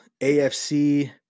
AFC